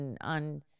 on